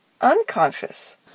unconscious